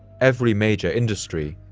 every major industry,